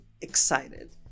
excited